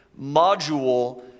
module